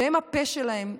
והם הפה שלהם.